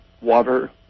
water